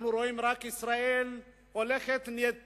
אנחנו רואים שישראל הולכת ונהיית